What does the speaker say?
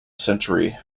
century